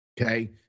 Okay